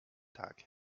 tag